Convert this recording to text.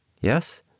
Yes